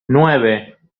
nueve